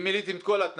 אם מילאתם את כל התנאים,